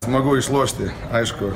smagu išlošti aišku